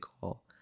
cool